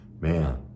Man